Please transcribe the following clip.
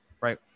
right